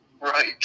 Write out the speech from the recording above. Right